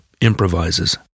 improvises